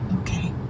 Okay